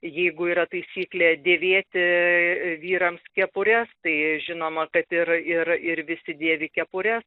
jeigu yra taisyklė dėvėti vyrams kepures tai žinoma kad ir ir ir visi dėvi kepures